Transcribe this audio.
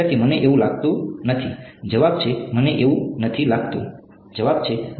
વિદ્યાર્થી મને એવુ નથી લાગતુ જવાબ છે મને એવું નથી લાગતું જવાબ છે